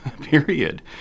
period